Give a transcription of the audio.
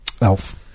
Elf